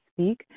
speak